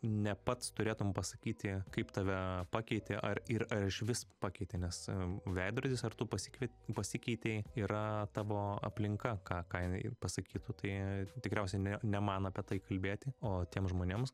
ne pats turėtum pasakyti kaip tave pakeitė ar ir ar išvis pakeitė nes veidrodis ar tu pasikviet pasikeitei yra tavo aplinka ką ką jinai pasakytų tai tikriausiai ne ne man apie tai kalbėti o tiem žmonėms